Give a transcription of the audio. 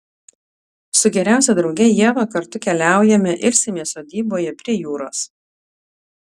su geriausia drauge ieva kartu keliaujame ilsimės sodyboje prie jūros